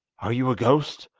are you a ghost,